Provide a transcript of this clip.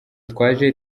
twaje